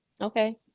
okay